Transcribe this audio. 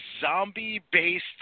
zombie-based